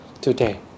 today